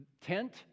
Tent